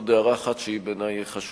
אני רוצה להעיר הערה אחת שבעיני היא חשובה: